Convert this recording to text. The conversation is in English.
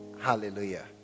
hallelujah